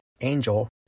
Angel